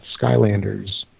Skylanders